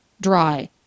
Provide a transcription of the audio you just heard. dry